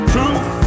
Truth